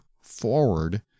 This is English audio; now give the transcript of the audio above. forward